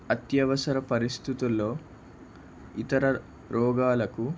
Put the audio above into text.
అత్యవసర పరిస్థితుల్లో ఇతర రోగాలకు